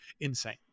insane